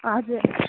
हजुर